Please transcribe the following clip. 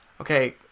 Okay